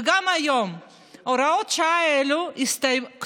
וגם היום הוראות השעה האלו הסתיימו.